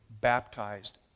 baptized